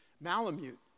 Malamute